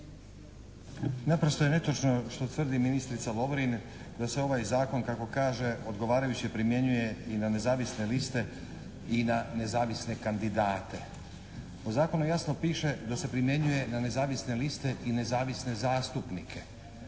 Naprosto je netočno što tvrdi ministrica Lovrin da se ovaj zakon kako kaže odgovarajuće primjenjuje i na nezavisne liste i na nezavisne kandidate. U zakonu jasno piše da se primjenjuje na nezavisne liste i nezavisne zastupnike.